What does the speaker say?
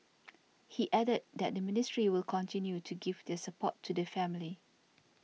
he added that the ministry will continue to give their support to the family